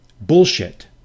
bullshit